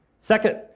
Second